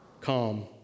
Calm